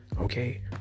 Okay